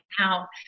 now